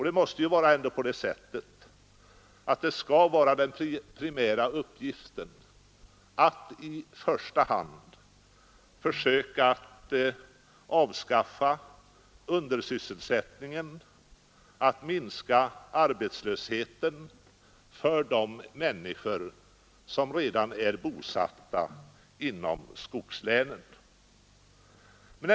Det måste ju vara den primära uppgiften att försöka avskaffa undersysselsättningen, att minska arbetslösheten för de människor som redan är bosatta inom skogslänen.